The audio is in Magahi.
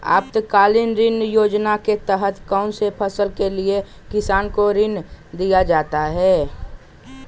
आपातकालीन ऋण योजना के तहत कौन सी फसल के लिए किसान को ऋण दीया जाता है?